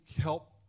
help